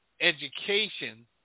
education